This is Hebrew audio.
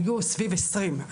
היו סביב 20%,